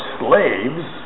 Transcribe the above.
slaves